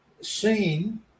seen